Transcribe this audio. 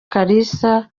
kalisa